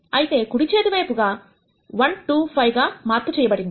అయితే కుడి చేతి వైపు 1 2 5 గా మార్పు చేయబడింది